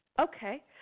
Okay